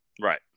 right